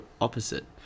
opposite